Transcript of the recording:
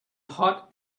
hot